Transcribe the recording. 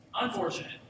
Unfortunate